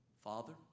Father